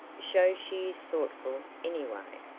shows she is thoughtful, anyway,